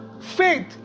faith